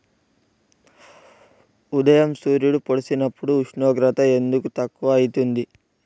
ఉదయం సూర్యుడు పొడిసినప్పుడు ఉష్ణోగ్రత ఎందుకు తక్కువ ఐతుంది?